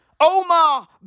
Omar